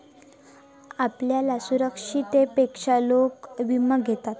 आपल्या सुरक्षिततेसाठी लोक विमा घेतत